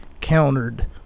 countered